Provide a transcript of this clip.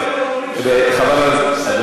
לא, כי היא תשב ולא תשמע.